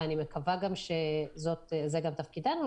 ואני מקווה שזה גם תפקידנו,